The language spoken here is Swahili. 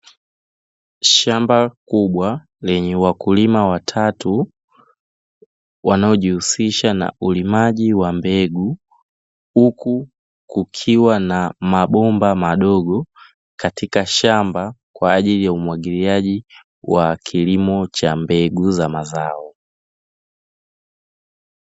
Shamba kubwa lenye wakulima watatu, wanaojihusisha na ulimaji wa mbegu huku kukiwa na mabomba madogo katika shamba kwa ajili ya umwagiliaji wa kilimo cha mbegu za mazao.